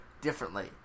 differently